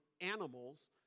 animals